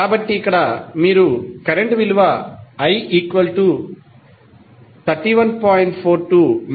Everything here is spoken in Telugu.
కాబట్టి ఇక్కడ మీరు కరెంట్ విలువ i 31